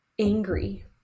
angry